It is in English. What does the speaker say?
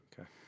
Okay